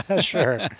Sure